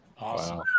Awesome